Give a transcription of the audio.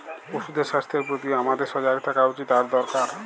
পশুদের স্বাস্থ্যের প্রতিও হামাদের সজাগ থাকা উচিত আর দরকার